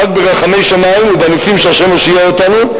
ורק ברחמי שמים ובנסים שה' הושיע אותנו,